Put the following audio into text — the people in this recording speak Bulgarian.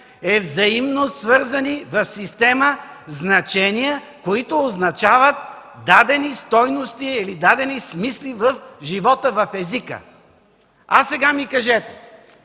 е взаимно свързани в система значения, които означават дадени стойности или дадени смисли в живота, в езика. Хайде сега ми кажете: